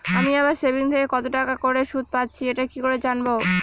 আমি আমার সেভিংস থেকে কতটাকা করে সুদ পাচ্ছি এটা কি করে জানব?